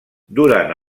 durant